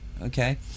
Okay